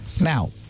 Now